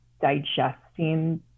digesting